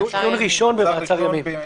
דיון ראשון במעצר ימים.